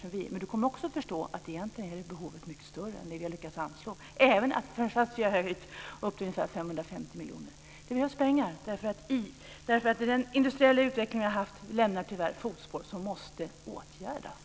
Man Lars Lindblad kommer också att förstå att behovet egentligen är mycket större än vad som täcks av det som vi lyckats anslå, även om det rör sig om upp till ungefär 550 miljoner. Det behövs pengar eftersom den industriella utveckling som vi har haft tyvärr lämnar fotspår som måste åtgärdas.